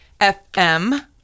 FM